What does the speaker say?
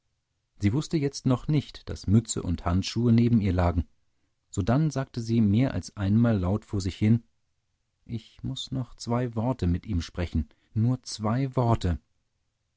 sie wußte jetzt noch nicht daß mütze und handschuhe neben ihr lagen sodann sagte sie mehr als einmal laut vor sich hin ich muß noch zwei worte mit ihm sprechen nur zwei worte